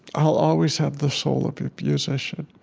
i'll always have the soul of a musician.